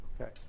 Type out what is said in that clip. okay